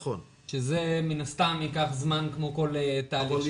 שזה מן הסתם ייקח זמן כמו כל תהליך של בינוי.